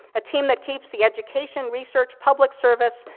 a team that keeps the education, research, public service,